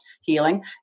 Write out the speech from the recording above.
healing